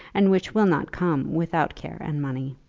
and which will not come without care and money.